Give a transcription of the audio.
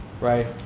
right